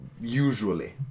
Usually